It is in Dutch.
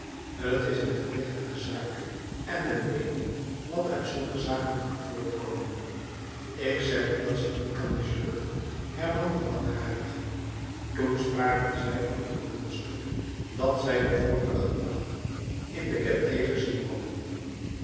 t is een gewichtige zaak en men weet niet wat uit zulke zaken kan voortkomen ik zeg u dat ze niet kan mislukken hernam de langharige toen spraken zij van een tooneelstuk dat zij den vorigen dag in de gaîté gezien hadden